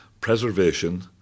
preservation